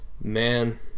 Man